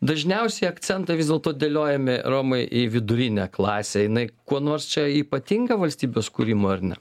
dažniausiai akcentai vis dėlto dėliojami romai į vidurinę klasę jinai kuo nors čia ypatinga valstybės kūrimui ar ne